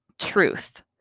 truth